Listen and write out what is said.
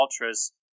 ultras